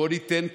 בואו ניתן כתף,